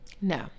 no